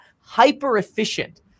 hyper-efficient